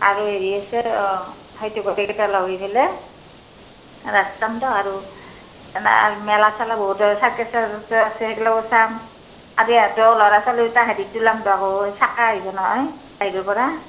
আৰু হেৰি আছে ৰাস চামতো আৰু মেলা চেলা বহুতৰ চাৰকাছ হেইগিলাকো চাম আৰি ত'ৰ ল'ৰা ছোৱালীকেইটা হেৰিত তোলাম চাকা আহিব নহয় পৰা